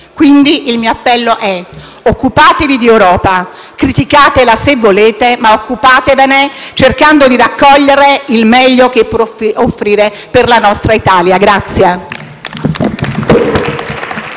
quindi il seguente: occupatevi di Europa, criticatela se volete, ma occupatevene cercando di raccogliere il meglio che può offrire per la nostra Italia.